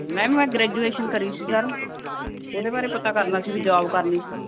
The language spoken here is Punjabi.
ਮੈਮ ਮੈਂ ਗ੍ਰੈਜੂਏਸ਼ਨ ਕਰੀ ਸੀ ਸਰ ਉਹਦੇ ਬਾਰੇ ਪਤਾ ਕਰਨਾ ਸੀ ਵੀ ਜੋਬ ਕਰਨੀ ਸੀ